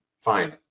fine